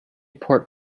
port